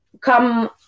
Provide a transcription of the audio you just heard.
come